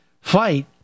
fight